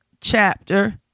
chapter